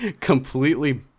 completely